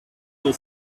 will